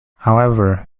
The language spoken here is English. however